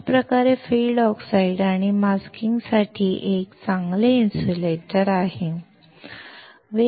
अशा प्रकारे field oxides आणि मास्किंग साठी हे एक चांगले इन्सुलेटर आहे